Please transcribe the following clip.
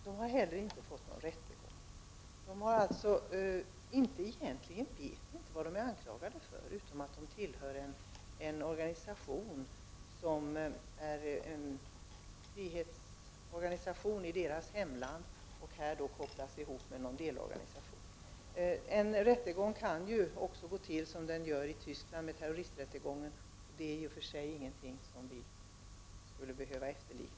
De har heller inte fått någon rättegång. Dessa människor vet alltså egentligen inte vad de är anklagade för. Vad de vet är att de anses tillhöra en organisation som i deras hemland är en frihetsorganisation som här kopplas ihop med någon delorganisation. En rättegång kan ju gå till som exempelvis terroristrättegångar i Västtyskland. Men det är i och för sig ingenting som vi skulle behöva ta efter.